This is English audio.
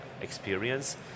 experience